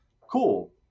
cool